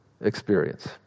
experience